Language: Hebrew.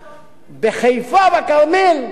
בחיפה, בכרמל,